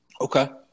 Okay